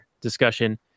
discussion